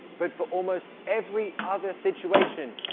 but for almost every other situation,